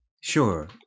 Sure